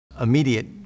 immediate